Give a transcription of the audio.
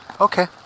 Okay